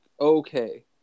okay